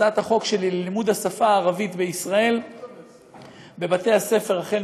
הצעת החוק שלי ללימוד השפה הערבית בישראל בבתי-הספר החל